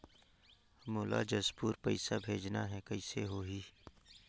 मोला जशपुर पइसा भेजना हैं, कइसे होही?